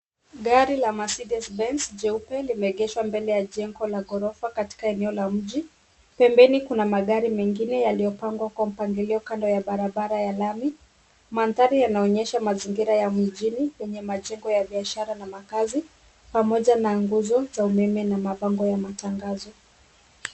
Gari la Mercedes Benz jeupe limeegeshwa mbele ya jengo la ghorofa katika eneo la mji. Pembeni kuna magari mengine yaliyopangwa kwa mpangilio kando ya barabara ya lami. Maandhari yanaonyesha mazingira ya mjini kwenye majengo ya biashara na makaazi pamoja na nguzo za umeme na mabango ya matangazo.